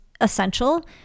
essential